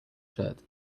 shirt